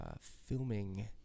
filming